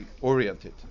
Oriented